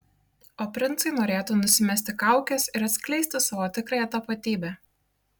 o princai norėtų nusimesti kaukes ir atskleisti savo tikrąją tapatybę